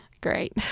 great